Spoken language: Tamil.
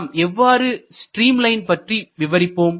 நாம் எவ்வாறு ஸ்ட்ரீம் லைன் பற்றி விவரிப்போம்